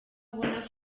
abona